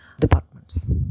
departments